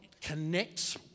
connects